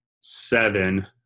seven